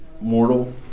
mortal